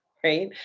right,